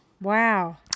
Wow